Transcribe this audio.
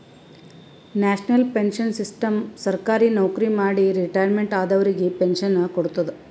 national pension system ಸರ್ಕಾರಿ ನವಕ್ರಿ ಮಾಡಿ ರಿಟೈರ್ಮೆಂಟ್ ಆದವರಿಗ್ ಪೆನ್ಶನ್ ಕೊಡ್ತದ್